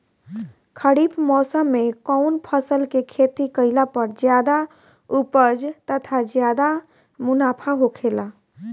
खरीफ़ मौसम में कउन फसल के खेती कइला पर ज्यादा उपज तथा ज्यादा मुनाफा होखेला?